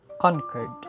conquered